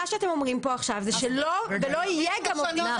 מה שאתם אומרים פה עכשיו שלא יהיה גם ------ זה לא